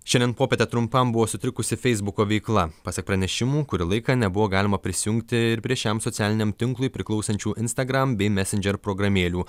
šiandien popietę trumpam buvo sutrikusi feisbuko veikla pasak pranešimų kurį laiką nebuvo galima prisijungti ir prie šiam socialiniam tinklui priklausančių instagram bei messenger programėlių